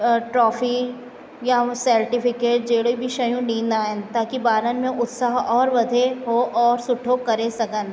trophy या उहो certificate जहिड़े बि शयूं ॾींदा आहिनि ताकी ॿारनि में उत्साह और वधे उहे और सुठो करे सघनि